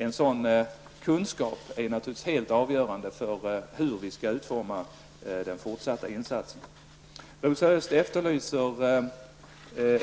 En sådan kunskap är naturligtvis helt avgörande för hur vi skall utforma den fortsatta insatsen. Rosa Östh efterlyster